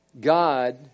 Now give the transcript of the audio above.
God